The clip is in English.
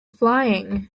flying